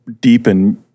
deepen